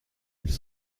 ils